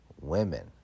women